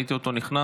ראיתי אותו נכנס,